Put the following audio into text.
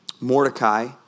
Mordecai